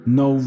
no